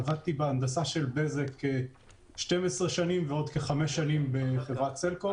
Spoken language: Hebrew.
עבדתי בהנדסה של בזק כ-12 שנים ועוד כחמש שנים בחברת סלקום.